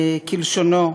כלשונו,